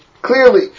clearly